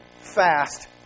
fast